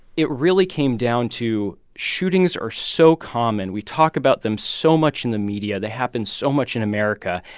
it really came down to shootings are so common, we talk about them so much in the media, they happen so much in america,